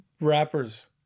Rappers